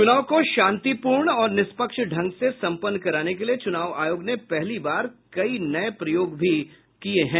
चुनाव को शांतिपूर्ण और निष्पक्ष ढंग से कराने के लिए चुनाव आयोग ने पहली बार कई नये प्रयोग भी कर रहा है